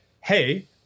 Hey